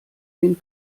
den